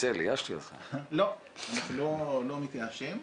לא, אנחנו לא מתייאשים.